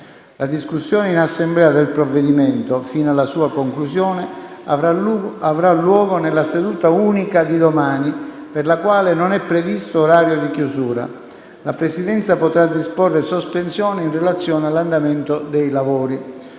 La discussione in Assemblea del provvedimento, fino alla sua conclusione, avrà luogo nella seduta unica di domani per la quale non è previsto orario di chiusura. La Presidenza potrà disporre sospensioni in relazione all’andamento dei lavori.